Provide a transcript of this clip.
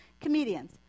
comedians